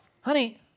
honey